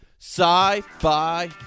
Sci-Fi